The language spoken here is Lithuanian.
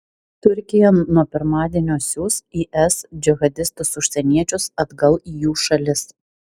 turkija nuo pirmadienio siųs is džihadistus užsieniečius atgal į jų šalis